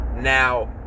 Now